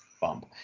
bump